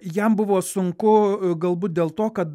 jam buvo sunku galbūt dėl to kad